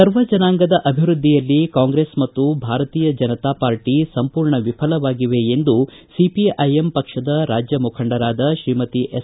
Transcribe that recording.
ಸರ್ವಜನಾಂಗದ ಅಭಿವೃದ್ಧಿಯಲ್ಲಿ ಕಾಂಗ್ರೆಸ್ ಮತ್ತು ಭಾರತೀಯ ಜನತಾ ಪಕ್ಷ ಸಂಪೂರ್ಣ ವಿಫಲವಾಗಿವೆ ಎಂದು ಸಿಪಿಐಎಂ ಪಕ್ಷದ ರಾಜ್ಯ ಮುಖಂಡರಾದ ಶ್ರೀಮತಿ ಎಸ್